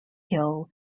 hill